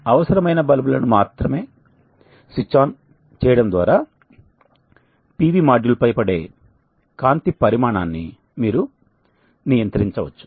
అవసరమైన బల్బులను మాత్రమే స్విచ్ ఆన్ చేయడం ద్వారా PV మాడ్యూల్పై పడే కాంతి పరిమాణాన్ని మీరు నియంత్రించవచ్చు